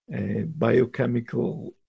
biochemical